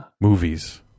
Movies